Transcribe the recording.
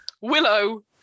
Willow